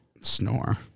Snore